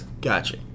gotcha